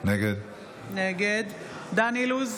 נגד דן אילוז,